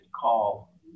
call